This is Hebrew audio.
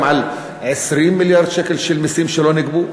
על 20 מיליארד שקל של מסים שלא נגבו?